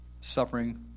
suffering